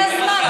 הגיע הזמן.